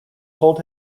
told